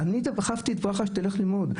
"אני דחפתי את ברכה שתלך ללמוד.